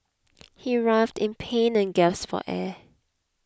he writhed in pain and gasped for air